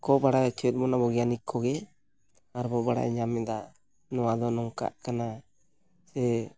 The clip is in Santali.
ᱠᱚ ᱵᱟᱲᱟᱭ ᱦᱚᱪᱚᱭᱮᱫ ᱵᱚᱱᱟ ᱵᱳᱭᱜᱟᱱᱤᱠ ᱠᱚᱜᱮ ᱟᱨ ᱵᱚᱱ ᱵᱟᱰᱟᱭ ᱧᱟᱢ ᱮᱫᱟ ᱱᱚᱣᱟ ᱫᱚ ᱱᱚᱝᱠᱟᱜ ᱠᱟᱱᱟ ᱥᱮ